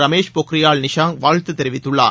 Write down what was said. ரமேஷ் பொக்ரியால் நிஷாங்க் வாழ்த்து தெரிவித்துள்ளார்